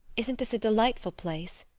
isn't this a delightful place?